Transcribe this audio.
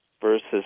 versus